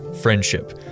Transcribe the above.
friendship